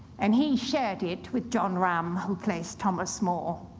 and he shared it with jon ram, who plays thomas more.